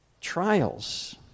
trials